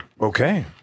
Okay